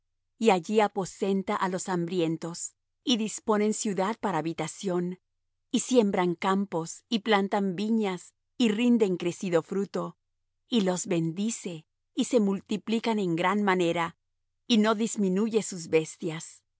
y allí aposenta á los hambrientos y disponen ciudad para habitación y siembran campos y plantan viñas y rinden crecido fruto y los bendice y se multiplican en gran manera y no disminuye sus bestias